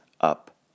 up